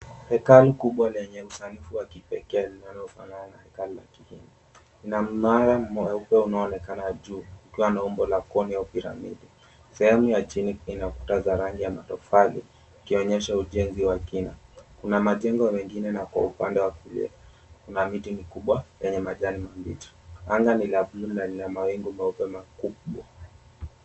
Hekalu kubwa lenye usanifu wa kipekee, linalofanana na hekalu la Kihindi, na mnara 𝑚𝑤𝑒𝑢𝑝𝑒 unaonekana juu ukiwa na umbo la koni au piramidi. Sehemu ya chini pia ina kuta za rangi ya matofali, ikionyesha ujenzi wa kina. Kuna majengo mengine, na kwa upande wa kulia kuna miti mikubwa yenye majani mabichi. Anga ni la blue na lina mawingu meupe makubwa.